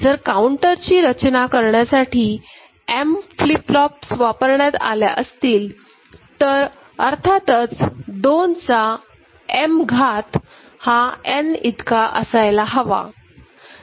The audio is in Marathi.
जर काउंटरची रचना करण्यासाठी m फ्लिप फ्लॉप्स वापरण्यात आल्या असतील तर अर्थातच २चा m घात हा n इतका असायला हवा